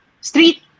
Street